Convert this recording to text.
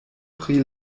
pri